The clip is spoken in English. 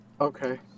Okay